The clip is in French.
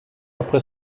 après